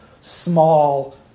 small